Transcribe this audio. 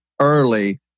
early